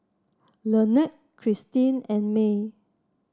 Lynette Christine and Mell